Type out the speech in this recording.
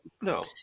No